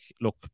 look